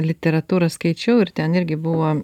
literatūrą skaičiau ir ten irgi buvo